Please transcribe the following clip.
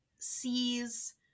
Sees